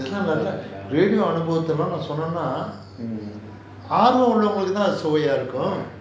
இதலாம்:ithalaam radio அனுபவத்தாலும் சொன்னேனா ஆர்வம் உள்ளவங்களுக்கு தான் அது சுவையா இருக்கும்:anubavathaalum sonnaenaa aarvam ullavangaluku thaan athu suvaiyaa irukum